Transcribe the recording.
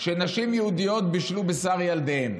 שנשים יהודיות בישלו בשר ילדיהן.